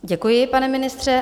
Děkuji, pane ministře.